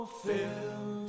fill